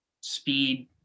speed